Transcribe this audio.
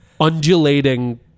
undulating